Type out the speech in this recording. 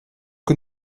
que